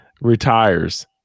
retires